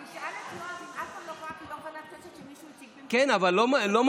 תשאל את, אם אף פעם לא קרה, כן, אבל לא ממתינים.